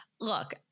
Look